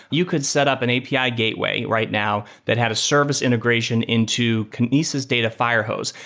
you could set up an api ah gateway right now that had a service integration into kinesis data firehose,